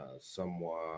somewhat